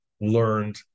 learned